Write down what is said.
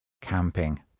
Camping